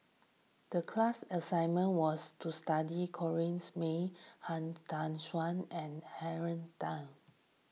the class assignment was to study Corrinne May Han Tan Juan and Darrell Ang